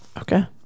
okay